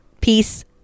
Peace